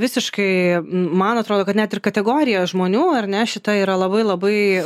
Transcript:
visiškai man atrodo kad net ir kategorija žmonių ar ne šita yra labai labai